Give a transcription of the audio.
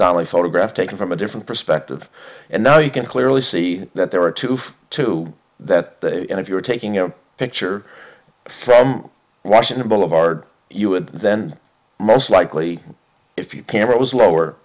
dolly photograph taken from a different perspective and now you can clearly see that there are two to that and if you are taking a picture from washington boulevard you would then most likely if you camera was lower